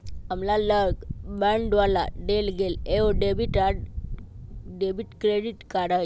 हमरा लग बैंक द्वारा देल गेल एगो डेबिट कार्ड हइ